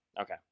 Okay